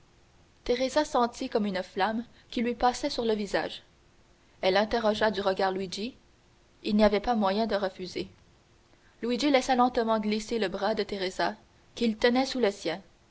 sentit comme une flamme qui lui passait sur le visage elle interrogea du regard luigi il n'y avait pas moyen de refuser luigi laissa lentement glisser le bras de teresa qu'il tenait sous le sien